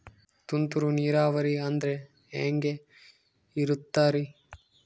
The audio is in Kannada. ತುಂತುರು ನೇರಾವರಿ ಅಂದ್ರೆ ಹೆಂಗೆ ಇರುತ್ತರಿ?